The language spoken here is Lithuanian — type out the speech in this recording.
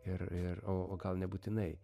ir ir o o gal nebūtinai